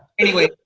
anyway,